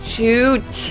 Shoot